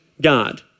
God